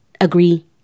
agree